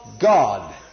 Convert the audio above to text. God